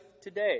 today